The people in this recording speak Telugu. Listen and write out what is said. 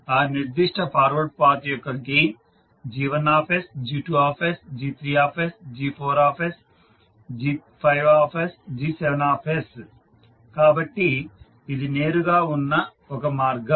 ఆ నిర్దిష్ట ఫార్వర్డ్ పాత్ యొక్క గెయిన్ G1sG2sG3sG4sG5sG7 కాబట్టి ఇది నేరుగా వున్న ఒక మార్గం